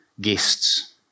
guests